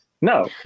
No